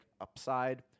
upside